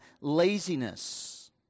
laziness